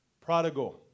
Prodigal